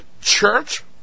church